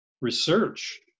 research